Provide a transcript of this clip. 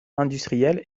industrielles